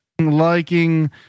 liking